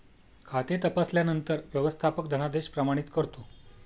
खाते तपासल्यानंतर व्यवस्थापक धनादेश प्रमाणित करतो